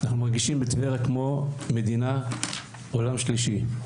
אנחנו מרגישים בטבריה כמו מדינת עולם שלישי.